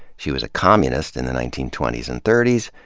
she was a communist in the nineteen twenty s and thirty s,